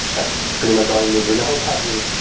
that's pretty much all you need to know about me